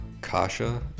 Kasha